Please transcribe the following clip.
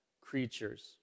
creatures